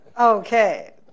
Okay